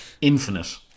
infinite